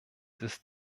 ist